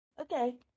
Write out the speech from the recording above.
Okay